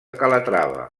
calatrava